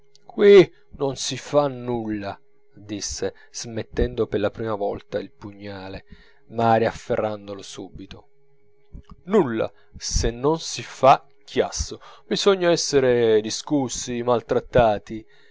qui non si fa nulla disse smettendo per la prima volta il pugnale ma riafferrandolo subito nulla se non si fa chiasso bisogna essere discussi maltrattati